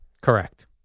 Correct